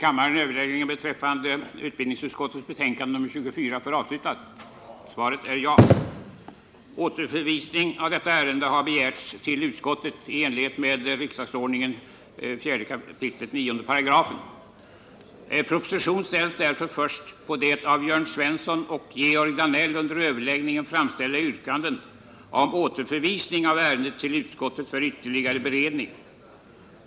Propositioner ställs först beträffande det av Jörn Svensson och Georg Danell under överläggningen framställda yrkandet om återförvisning av ärendet till utskottet för ytterligare beredning.